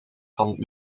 van